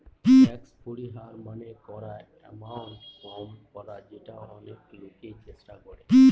tax পরিহার মানে করা এমাউন্ট কম করা যেটা অনেক লোকই চেষ্টা করে